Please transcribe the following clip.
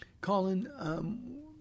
Colin